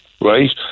Right